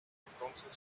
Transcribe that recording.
entonces